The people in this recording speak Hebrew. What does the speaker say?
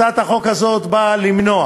הצעת החוק הזאת באה למנוע